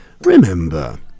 remember